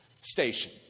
station